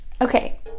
Okay